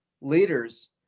leaders